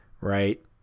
right